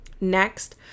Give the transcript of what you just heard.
Next